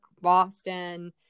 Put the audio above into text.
Boston